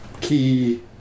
key